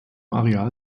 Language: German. areal